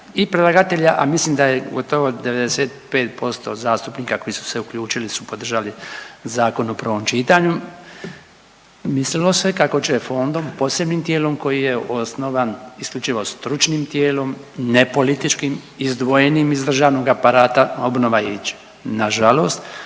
i predlagatelja, a mislim da je gotovo 95% zastupnika koji su se uključili su podržali zakon u prvom čitanju. Mislilo se kako će fondom, posebnim tijelom koji je osnovan isključivo stručnim tijelom, ne političkim izdvojenim iz državnog aparata obnova ići. Nažalost